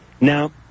Now